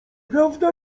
prawda